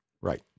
right